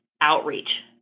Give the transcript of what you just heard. outreach